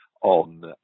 On